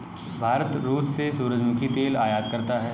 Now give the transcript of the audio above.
भारत रूस से सूरजमुखी तेल आयात करता हैं